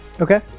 Okay